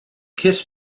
kiss